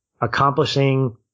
accomplishing